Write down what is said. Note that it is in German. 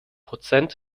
prozent